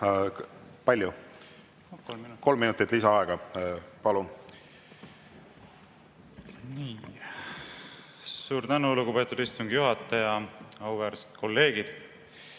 Jah, kolm minutit lisaaega, palun! Suur tänu, lugupeetud istungi juhataja! Auväärsed kolleegid!